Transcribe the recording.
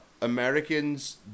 Americans